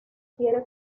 quiere